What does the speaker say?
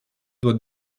doit